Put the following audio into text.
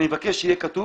אני מבקש שיהיה כתוב